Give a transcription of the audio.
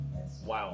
Wow